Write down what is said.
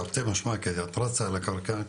תרתי משמע כי את רצה על הקרקע.